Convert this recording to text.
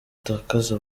itakaza